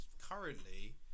currently